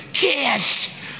Yes